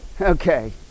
Okay